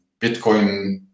Bitcoin